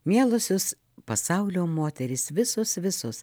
mielosios pasaulio moterys visos visos